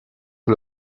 que